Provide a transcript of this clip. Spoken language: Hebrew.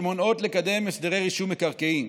שמונעות לקדם הסדרי רישום מקרקעין,